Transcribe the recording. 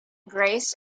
grace